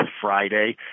Friday